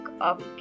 up